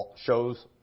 shows